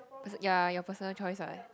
ya your personal choice what